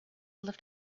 left